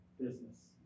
business